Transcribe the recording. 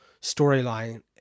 storyline